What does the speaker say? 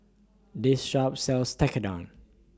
This Shop sells Tekkadon